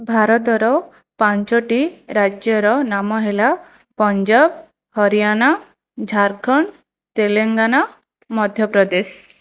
ଭାରତର ପାଞ୍ଚଟି ରାଜ୍ୟର ନାମ ହେଲା ପଞ୍ଜାବ ହରିୟାଣା ଝାଡ଼ଖଣ୍ଡ ତେଲଙ୍ଗାନା ମଧ୍ୟପ୍ରଦେଶ